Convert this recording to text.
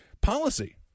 policy